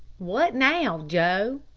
what now, joe?